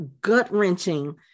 gut-wrenching